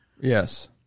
Yes